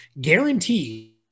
guaranteed